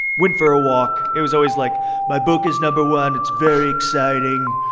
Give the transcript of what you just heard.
went for a walk it was always like my book is number one. it's very exciting.